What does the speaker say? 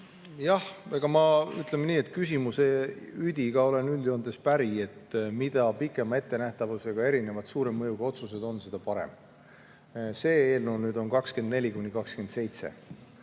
Jah, ma, ütleme nii, küsimuse üdiga olen üldjoontes päri, et mida pikema ettenähtavusega erinevad suure mõjuga otsused on, seda parem. See eelnõu on